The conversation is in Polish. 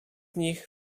nich